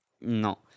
No